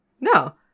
No